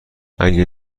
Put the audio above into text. اگه